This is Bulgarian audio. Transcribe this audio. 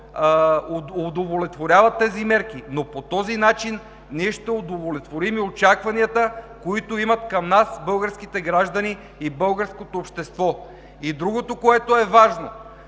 удовлетворява тези мерки, но по този начин ние ще удовлетворим очакванията, които имат към нас българските граждани и българското общество. Другото, което е важно,